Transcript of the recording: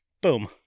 Boom